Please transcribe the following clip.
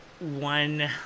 one